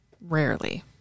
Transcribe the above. Rarely